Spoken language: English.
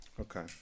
Okay